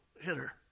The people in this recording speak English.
hitter